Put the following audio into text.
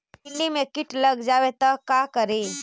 भिन्डी मे किट लग जाबे त का करि?